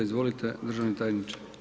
Izvolite državni tajniče.